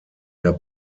der